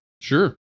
sure